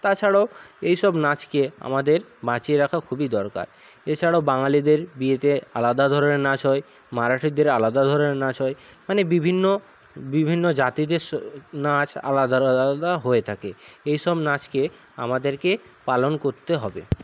তাছাড়াও এইসব নাচকে আমাদের বাঁচিয়ে রাখা খুবই দরকার এছাড়াও বাঙালিদের বিয়েতে আলাদা ধরণের নাচ হয় মারাঠিদের আলাদা ধরণের নাচ হয় মানে বিভিন্ন বিভিন্ন জাতিদের নাচ আলাদা আলাদা হয়ে থাকে এইসব নাচকে আমাদেরকে পালন করতে হবে